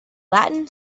latin